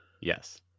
Yes